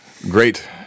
Great